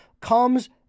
comes